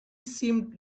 seemed